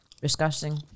disgusting